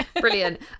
brilliant